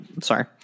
Sorry